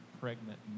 pregnant